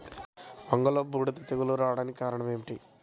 వంగలో బూడిద తెగులు రావడానికి కారణం ఏమిటి?